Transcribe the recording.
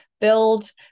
build